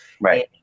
Right